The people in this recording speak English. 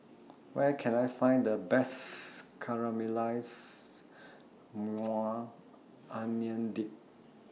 Where Can I Find The Best Caramelized Onion Dip